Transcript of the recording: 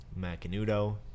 Macanudo